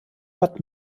bad